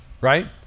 Right